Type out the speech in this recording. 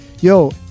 Yo